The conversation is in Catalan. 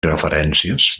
referències